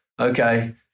okay